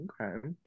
Okay